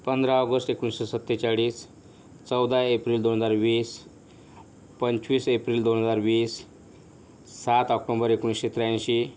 पंधरा ऑगस्ट एकोणीसशे सत्तेचाळीस चौदा एप्रिल दोन हजार वीस पंचवीस एप्रिल दोन हजार वीस सात ऑक्टोंबर एकोणीसशे त्र्याऐंशी